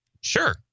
sure